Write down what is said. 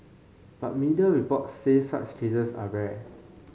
but media reports say such cases are rare